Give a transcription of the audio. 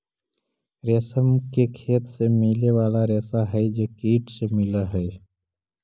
रेशम के खेत से मिले वाला रेशा हई जे कीट से मिलऽ हई